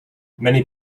many